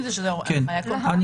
בסדר.